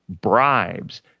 bribes